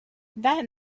that